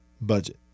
budget